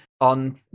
on